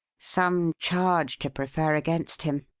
some charge to prefer against him,